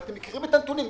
ואתם מכירים את הנתונים,